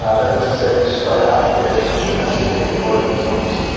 ah that is to say we start out with domesticated organisms,